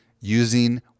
using